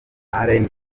alain